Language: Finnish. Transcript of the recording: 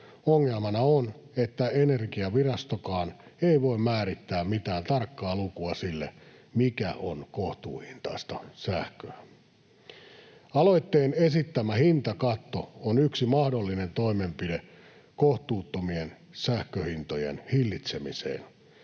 Ongelmana on, että Energiavirastokaan ei voi määrittää mitään tarkkaa lukua sille, mikä on kohtuuhintaista sähköä. Aloitteen esittämä hintakatto on yksi mahdollinen toimenpide kohtuuttomien sähköhintojen hillitsemiseen.